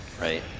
Right